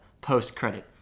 post-credit